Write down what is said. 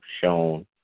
shown